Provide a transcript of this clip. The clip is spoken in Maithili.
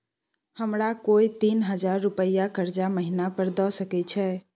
हमरा कोय तीन हजार रुपिया कर्जा महिना पर द सके छै?